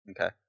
Okay